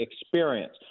experience